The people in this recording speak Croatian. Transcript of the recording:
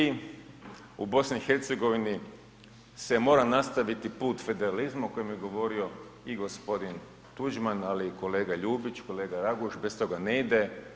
U BiH se mora nastaviti put federalizma o kojem je govorio i gospodin Tuđman ali i kolega Ljubić, kolega Raguž, bez toga ne ide.